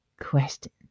Question